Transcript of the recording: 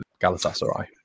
Galatasaray